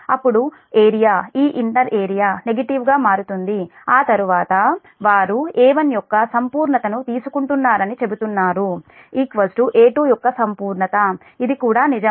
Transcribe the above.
అప్పుడు ఏరియా ఈ inter area negative గా మారుతుంది ఆ తర్వాత వారు A1 యొక్క సంపూర్ణత ను తీసుకుంటున్నారని చెబుతున్నారు A2 యొక్క సంపూర్ణత ఇది కూడా నిజం